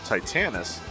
Titanus